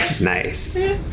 Nice